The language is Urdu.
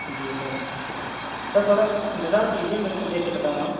جی سر سر تھوڑا انتظار کیجیے میں اس کو دیکھ کے بتا رہا ہوں